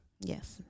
Yes